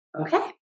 okay